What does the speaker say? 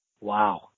Wow